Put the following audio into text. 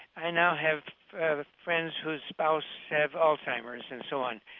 i now have friends whose spouses have alzheimer's and so on.